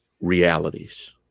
realities